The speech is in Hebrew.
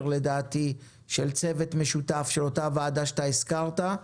של צוות משותף של אותה ועדה שאתה הזכרת,